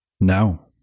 no